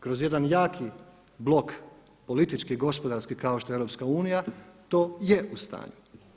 Kroz jedan jaki blok politički i gospodarski kao što je EU to je u tanju.